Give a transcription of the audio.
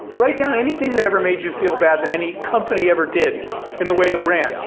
write down anything that ever made you feel bad that any company ever did in the way it ran.